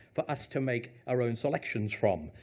for us to make our own selections from.